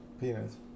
peanuts